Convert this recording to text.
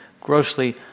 grossly